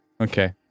Okay